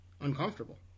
uncomfortable